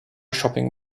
shopping